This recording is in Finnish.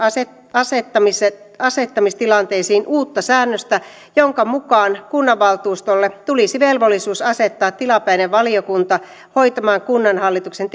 asettamistilanteisiin uutta säännöstä jonka mukaan kunnanvaltuustolle tulisi velvollisuus asettaa tilapäinen valiokunta hoitamaan kunnanhallituksen